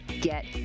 get